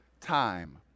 time